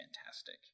fantastic